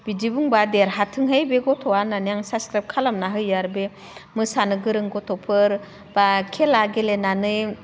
बिदि बुंब्ला देरहाथोंहाय बे गथ'आ होननानै साबसक्राइब खालामना होयो आरो बे मोसानो गोरों गथ'फोर बा खेला गेलेनानै